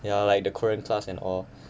ya like the korean class and all